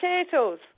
potatoes